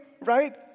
right